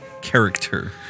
character